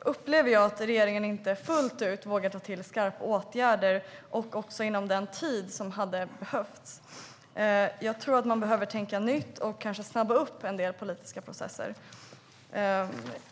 upplever jag att regeringen inte fullt ut vågar vidta skarpa åtgärder och inte heller inom den tid som hade behövts. Jag tror att man behöver tänka nytt och kanske snabba på en del politiska processer.